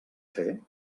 fer